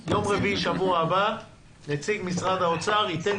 ביום רביעי בשבוע הבא נציג משרד האוצר ייתן